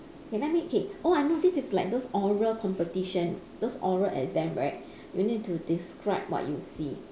okay let me okay oh I know this is like those oral competition those oral exam right you need to describe what you see